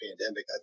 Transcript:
pandemic